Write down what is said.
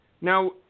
Now